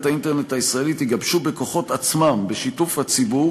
האינטרנט הישראלית יגבשו בכוחות עצמם ובשיתוף הציבור